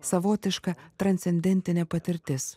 savotiška transcendentinė patirtis